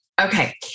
Okay